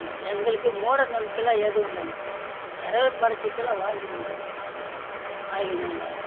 எங்களுக்கு மூட நம்பிக்கையெல்லாம் எதுவும் இல்லைங்க இறைவன் படைத்ததுல வாழ்ந்து கொண்டிருக்குறோம் ஆகையினால்